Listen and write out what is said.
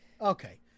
Okay